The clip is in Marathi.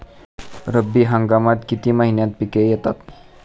रब्बी हंगामात किती महिन्यांत पिके येतात?